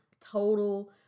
total